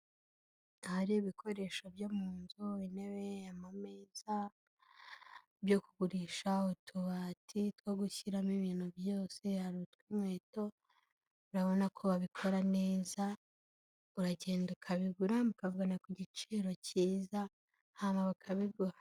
Hari ibikoresho byo mu nzu intebe yamamezaza byo kugurisha utubati two gushyiramo ibintu byose ya utw'inkweto urabona ko babikora neza uragenda ukabigura ukavana ku giciro cyiza hanyuma bakabigura.